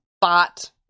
bot